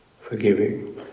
forgiving